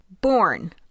Born